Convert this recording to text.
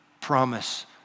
promise